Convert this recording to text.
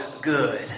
good